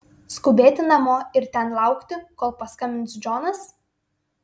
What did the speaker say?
skubėti namo ir ten laukti kol paskambins džonas